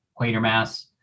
Quatermass